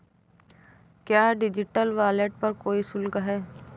क्या digital wallet पर कोई शुल्क है?